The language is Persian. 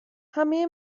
همه